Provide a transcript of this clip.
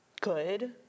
good